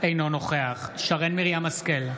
אינו נוכח שרן מרים השכל,